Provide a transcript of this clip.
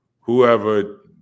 whoever